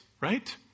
right